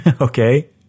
Okay